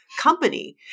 company